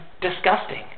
disgusting